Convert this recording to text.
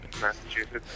Massachusetts